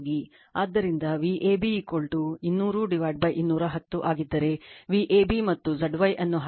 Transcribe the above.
ಆದ್ದರಿಂದ Vab 200210 ಆಗಿದ್ದರೆ Vab ಮತ್ತು Zy ಅನ್ನು ಹಾಕಿದರೆ 2